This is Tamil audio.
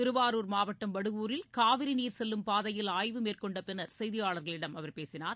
திருவாரூர் மாவட்டம் வடுவூரில் காவிரிநீர் செல்லும் பாதையில் ஆய்வு மேற்கொண்டபின்னர் செய்தியாளர்களிடம் அவர் பேசினார்